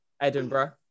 edinburgh